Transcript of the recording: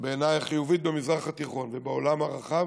במזרח התיכון ובעולם הרחב,